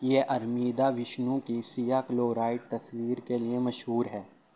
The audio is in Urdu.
یہ آرمیدہ وشنو کی سیاہ کلورائٹ تصویر کے لیے مشہور ہے